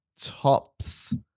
tops